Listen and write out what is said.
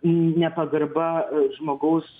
nepagarba žmogaus